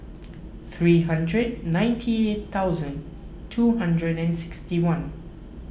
three hundred and ninety eight thousand two hundred and sixty one